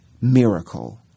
miracle